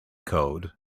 code